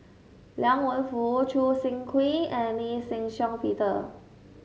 Liang Wenfu Choo Seng Quee and Lee Shih Shiong Peter